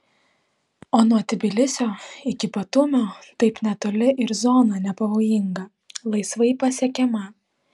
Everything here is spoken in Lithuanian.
o nuo tbilisio iki batumio taip netoli ir zona nepavojinga laisvai pasiekiama